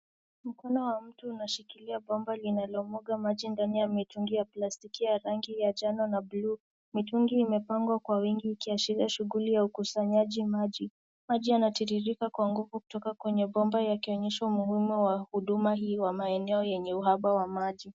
Mkono wa mtu unashikilia bomba linalomwaga maji ndani ya mitungi ya plastiki ya rangi ya njano na buluu. Mitungi imepangwa kwa wingi ikiashiria shughuli ya ukusanyaji maji. Maji yanatiririka kwa nguvu kutoka kwenye bomba yakionyesha umuhimu wa huduma hii wa maeneo yenye uhaba wa maji.